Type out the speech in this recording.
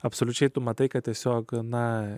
absoliučiai tu matai kad tiesiog na